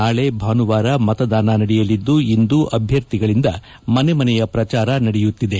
ನಾಳೆ ಭಾನುವಾರ ಮತದಾನ ನಡೆಯಲಿದ್ದು ಇಂದು ಅಭ್ಯರ್ಥಿಗಳಿಂದ ಮನೆ ಮನೆಯ ಪ್ರಚಾರ ನಡೆಯುತ್ತಿದೆ